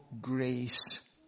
grace